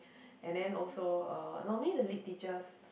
and then also uh normally the lit teachers